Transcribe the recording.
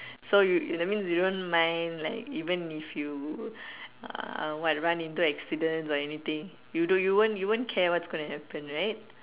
so you that means you don't mind like even if you uh what run into accidents or anything you don't you won't care what's going to happen right